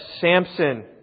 Samson